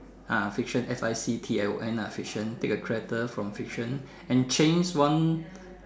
ah fiction F I C T I O N ah fiction take a character from fiction and change one